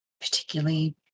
particularly